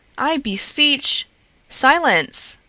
i beseech silence!